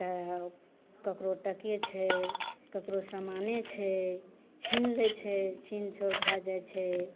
चाहे ककरो टके छै ककरो सामाने छै छिन लै छै छिन छोर भए जाइ छै